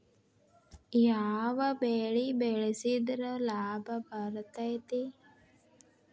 ಯಾವ ಬೆಳಿ ಬೆಳ್ಸಿದ್ರ ಲಾಭ ಬರತೇತಿ?